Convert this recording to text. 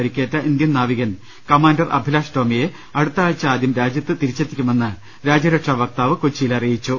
പരിക്കേറ്റ ഇന്ത്യൻ നാവികൻ കമാന്റർ അഭിലാഷ് ടോമിയെ അടുത്ത ആഴ്ച ആദ്യം രാജ്യത്ത് തിരിച്ചെത്തിക്കുമെന്ന് രാജ്യരക്ഷാവക്താവ് കൊച്ചിയിൽ അറിയിച്ചു